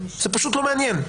זה פשוט לא מעניין.